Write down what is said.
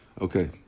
Okay